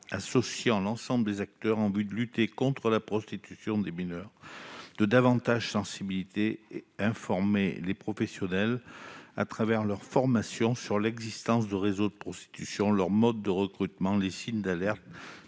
associant l'ensemble des acteurs, en vue de lutter contre la prostitution des mineurs, de davantage sensibiliser et informer les professionnels dans le cadre de leur formation sur l'existence des réseaux de prostitution, leurs modes de recrutement, les signes d'alerte